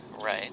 Right